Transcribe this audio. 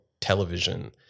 television